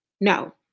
No